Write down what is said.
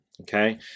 Okay